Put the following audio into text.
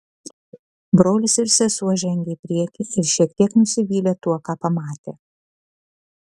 brolis ir sesuo žengė į priekį ir šiek tiek nusivylė tuo ką pamatė